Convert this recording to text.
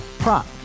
Prop